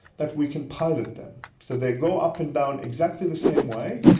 that we can pilot them. so they go up and down exactly the same way,